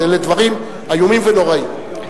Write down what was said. אלה דברים איומים ונוראים.